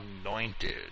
anointed